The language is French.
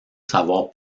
savoir